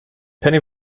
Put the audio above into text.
penny